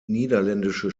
niederländische